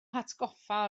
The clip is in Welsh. hatgoffa